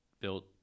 built